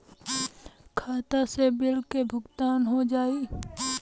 खाता से बिल के भुगतान हो जाई?